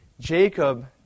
Jacob